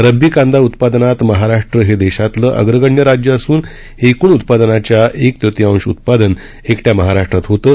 रब्बी कांदा उत्पादनात महाराष्ट्र हे देशातलं अग्रगण्य राज्य असून एकूण उत्पादनाच्या अक तृतियांश उत्पादन एकट्या महाराष्ट्रात होतं